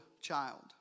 child